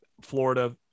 florida